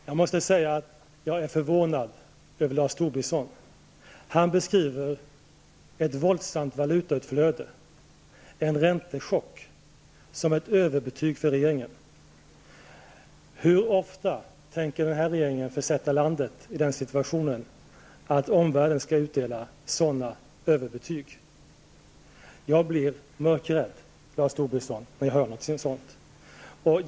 Fru talman! Jag måste säga att jag är förvånad över Lars Tobisson. Han beskriver ett våldsamt valutautflöde, en räntechock, som ett överbetyg för regeringen. Hur ofta tänker den här regeringen försätta landet i den situationen att omvärlden skall utdela sådana överbetyg? Jag blir mörkrädd, Lars Tobisson, när jag hör någonting sådant.